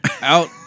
out